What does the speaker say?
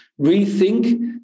rethink